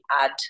add